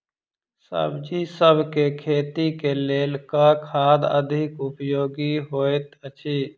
सब्जीसभ केँ खेती केँ लेल केँ खाद अधिक उपयोगी हएत अछि?